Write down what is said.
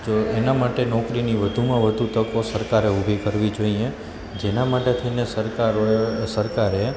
જો એનાં માટે નોકરીની વધુમાં વધું તકો સરકારે ઊભી કરવી જોઈએ જેનાં માટે થઈને સરકારોએ સરકારે